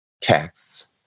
texts